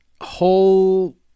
whole